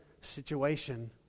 situation